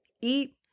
Eat